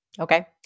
Okay